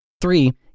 Three